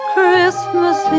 Christmas